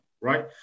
right